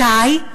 מתי?